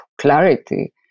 clarity